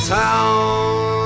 town